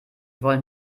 wollen